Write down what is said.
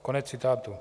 Konec citátu.